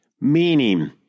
Meaning